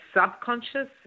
subconscious